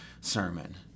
sermon